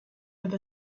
with